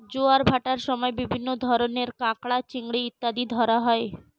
জোয়ার ভাটার সময় বিভিন্ন ধরনের কাঁকড়া, চিংড়ি ইত্যাদি ধরা হয়